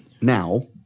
now